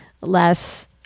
less